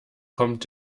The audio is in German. kommt